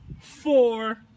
four